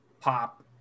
pop